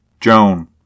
Joan